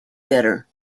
better